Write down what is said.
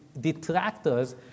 detractors